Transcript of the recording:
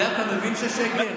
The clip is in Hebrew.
אתה מבין שזה שקר?